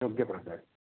योग्य प्रकारे